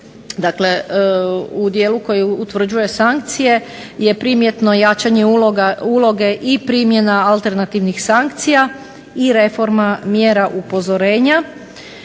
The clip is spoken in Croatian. dijelu kaznenom koji utvrđuje sankcije je primjetno jačanje uloge i primjena alternativnih sankcija i reforma mjera upozorenja.